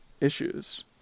issues